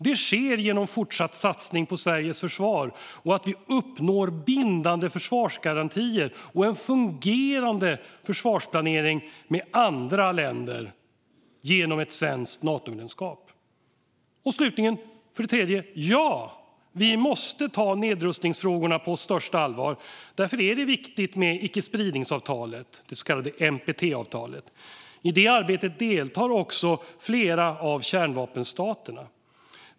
Det sker genom fortsatt satsning på Sveriges försvar och genom att vi uppnår bindande försvarsgarantier och en fungerande försvarsplanering med andra länder genom ett svenskt Natomedlemskap. Slutligen: Ja, vi måste ta nedrustningsfrågorna på största allvar. Därför är det viktigt med icke-spridningsavtalet - det så kallade NPT-avtalet. I detta arbete deltar också flera av kärnvapenstaterna.